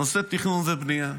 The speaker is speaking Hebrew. נושא תכנון ובנייה.